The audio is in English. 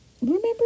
Remember